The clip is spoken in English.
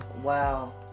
Wow